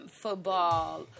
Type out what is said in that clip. football